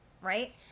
right